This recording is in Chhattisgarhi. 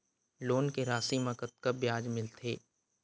लोन के राशि मा कतका ब्याज मिलथे?